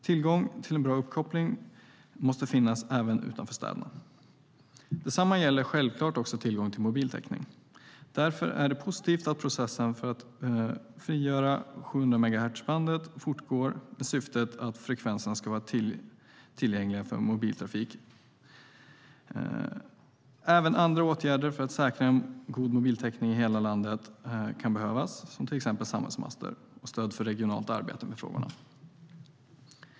Tillgång till en bra uppkoppling måste finnas även utanför städerna. Detsamma gäller självklart också tillgång till mobiltäckning. Därför är det positivt att processen för att frigöra 700-megahertzbandet fortgår med syftet att frekvensen ska vara tillgänglig för mobiltrafik. Även andra åtgärder för att säkra en god mobiltäckning i hela landet kan behövas, som till exempel samhällsmaster och stöd för regionalt arbete med frågorna.